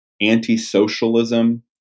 anti-socialism